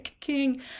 king